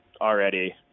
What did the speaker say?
already